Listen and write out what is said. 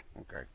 okay